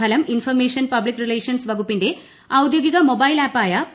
ഫലം information public relations വകുപ്പിന്റെ ഔദ്യോഗിക മൊബൈൽ ആപ്പായ പി